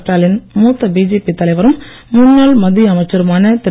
ஸ்டாலின் மூத்த பிஜேபி தலைவரும் முன்னாள் மத்திய அமைச்சருமான திரு